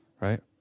Right